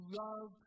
love